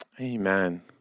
Amen